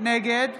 נגד